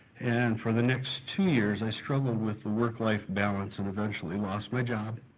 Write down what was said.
and for the next two years, i struggled with the work-life balance and eventually lost my job,